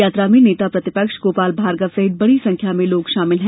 यात्रा में नेता प्रतिपक्ष गोपाल भार्गव सहित बड़ी संख्या में लोग शामिल हैं